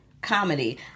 comedy